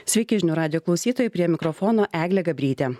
sveiki žinių radijo klausytojai prie mikrofono eglė gabrytė